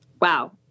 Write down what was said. wow